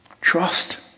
Trust